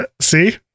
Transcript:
see